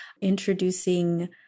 introducing